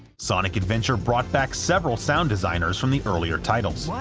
sonic adventure brought back several sound designers from the earlier titles. like